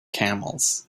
camels